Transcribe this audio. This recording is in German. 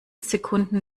sekunden